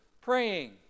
praying